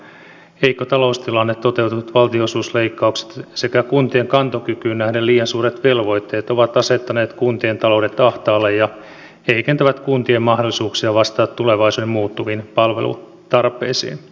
heikko taloustilanne toteutuneet valtionosuusleikkaukset sekä kuntien kantokykyyn nähden liian suuret velvoitteet ovat asettaneet kuntien taloudet ahtaalle ja heikentävät kuntien mahdollisuuksia vastata tulevaisuuden muuttuviin palvelutarpeisiin